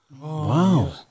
Wow